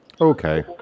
Okay